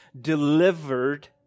delivered